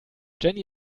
jenny